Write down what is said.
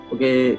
Okay